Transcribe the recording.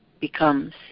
becomes